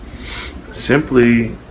Simply